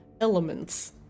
elements